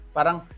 Parang